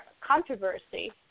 controversy